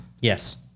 Yes